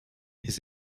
his